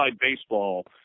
baseball –